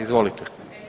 Izvolite.